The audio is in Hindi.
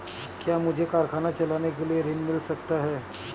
क्या मुझे कारखाना चलाने के लिए ऋण मिल सकता है?